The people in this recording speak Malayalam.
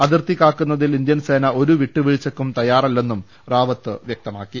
അതിർത്തി കാക്കു ന്നതിൽ ഇന്ത്യൻസേന ഒരു വിട്ടുവീഴ്ചയ്ക്കും തയ്യാറ ല്ലെന്നും റാവത്ത് പറഞ്ഞു